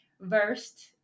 versed